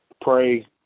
pray